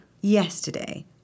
Yesterday